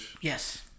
Yes